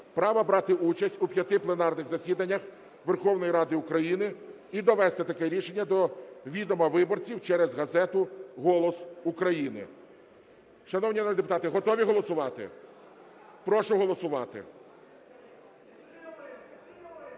права брати участь у п'яти пленарних засіданнях Верховної Ради України і довести таке рішення до відома виборців через газету "Голос України". Шановні народні депутати, готові голосувати? Прошу голосувати.